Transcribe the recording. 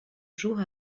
jours